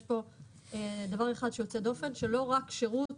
פה דבר שהוא יוצא דופן שלא רק שרות